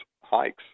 hikes